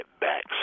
back